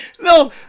No